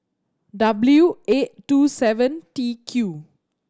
W eight two seven T Q